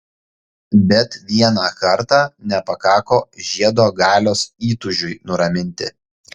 bet vieną kartą nepakako žiedo galios įtūžiui nuraminti